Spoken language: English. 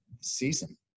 season